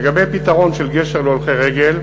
לגבי פתרון של גשר להולכי רגל,